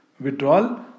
withdrawal